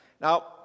Now